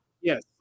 yes